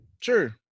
Sure